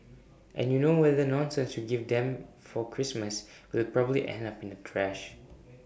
and you know whatever nonsense you give them for Christmas will probably end up in the trash